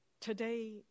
Today